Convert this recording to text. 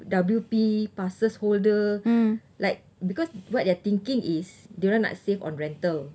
W_P passes holder like because what they are thinking is dia orang nak save on rental